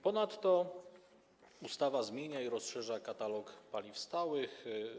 Ponadto ustawa zmienia i rozszerza katalog paliw stałych.